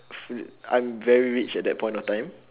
friend I'm very rich at that point of time